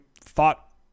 thought